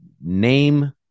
name